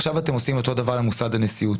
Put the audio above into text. עכשיו אתם עושים אותו דבר עם מוסד הנשיאות.